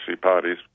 parties